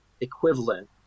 equivalent